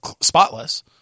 spotless